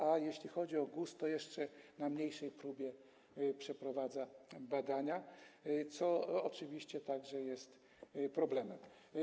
A jeśli chodzi o GUS, to na jeszcze mniejszej próbie przeprowadza on badania, co oczywiście także jest problemem.